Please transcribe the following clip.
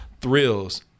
thrills